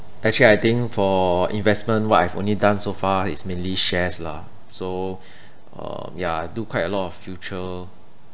actually I think for investment what I've only done so far is mainly shares lah so um yeah I do quite a lot of future